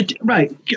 Right